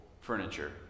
furniture